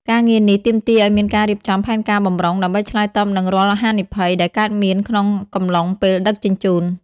ការងារនេះទាមទារឱ្យមានការរៀបចំផែនការបម្រុង ដើម្បីឆ្លើយតបនឹងរាល់ហានិភ័យដែលកើតមានក្នុងកំឡុងពេលដឹកជញ្ជូន។